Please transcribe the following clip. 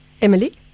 emily